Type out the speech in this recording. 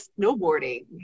snowboarding